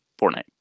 Fortnite